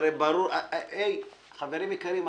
חברים יקרים,